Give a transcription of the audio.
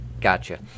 Gotcha